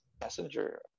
Messenger